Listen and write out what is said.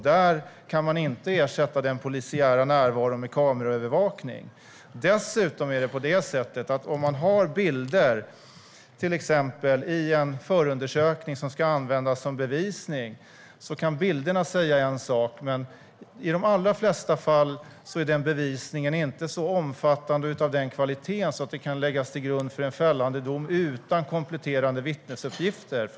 Där kan den polisiära närvaron inte ersättas med kameraövervakning. Om man har kamerabilder i till exempel en förundersökning som ska användas som bevisning kan bilderna säga en sak, men i de allra flesta fall är den bevisningen inte så omfattande och inte av den kvaliteten att de kan läggas till grund för en fällande dom utan kompletterande vittnesuppgifter.